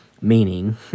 meaning